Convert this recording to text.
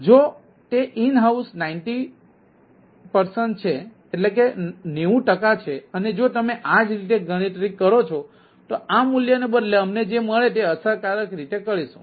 જો તે in house 90 ટકા છે અને જો તમે આ જ રીતે ગણતરી કરો છો તો આ મૂલ્યને બદલે અમને જે મળશે તે અસરકારક રીતે કરીશું